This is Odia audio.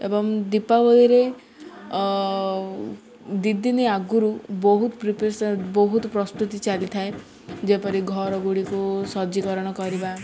ଏବଂ ଦୀପାବଳିରେ ଦୁଇ ଦିନ ଆଗରୁ ବହୁତ ବହୁତ ପ୍ରସ୍ତୁତି ଚାଲିଥାଏ ଯେପରି ଘର ଗୁଡ଼ିକୁ ସଜ୍ଜିକରଣ କରିବା